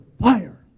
fire